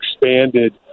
expanded